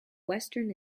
western